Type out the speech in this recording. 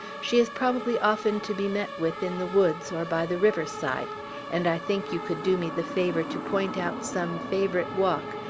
she is probably often to be met with in the woods, or by the river-side and i think you could do me the favor to point out some favorite walk,